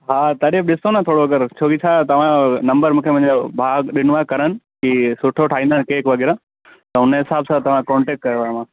हा तॾहिं बि ॾिसो न थोरो छो की छा तवांजो नम्बर मूंखे मुंहिंजे भाउ ॾिनो आहे करण की सुठो ठाहींदा आहिनि केक वगै़रह त उनजे हिसाब सां तव्हां कॉन्टेक्ट कयो आहे मां